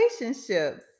relationships